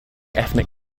ethnic